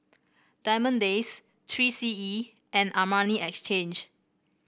Diamond Days Three C E and Armani Exchange